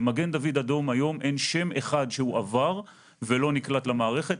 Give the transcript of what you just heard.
במגן דוד אדום היום אין שם אחד שהועבר ולא נקלט למערכת.